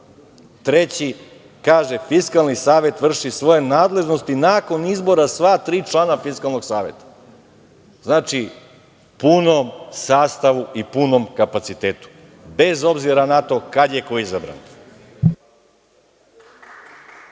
3. kaže – Fiskalni savet vrši svoje nadležnosti nakon izbora sva tri člana Fiskalnog saveta. Znači, u punom sastavu i punom kapacitetu bez obzira na to kada je ko izabran.